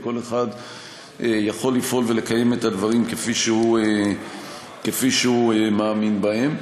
וכל אחד יכול לפעול ולקיים את הדברים כפי שהוא מאמין בהם.